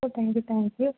oh thank you thank you